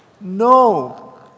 No